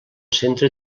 centre